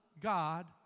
God